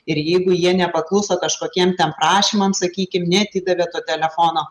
ir jeigu jie nepakluso kažkokiem ten prašymam sakykim neatidavė to telefono